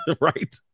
Right